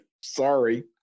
Sorry